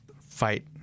fight